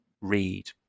read